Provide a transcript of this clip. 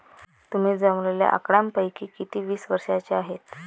तुम्ही जमवलेल्या आकड्यांपैकी किती वीस वर्षांचे आहेत?